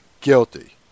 guilty